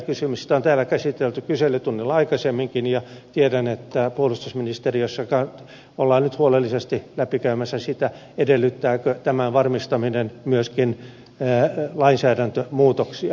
sitä on täällä käsitelty kyselytunnilla aikaisemminkin ja tiedän että puolustusministeriössä ollaan nyt huolellisesti läpikäymässä sitä edellyttääkö tämän varmistaminen myöskin lainsäädäntömuutoksia